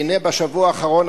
והנה בשבוע האחרון,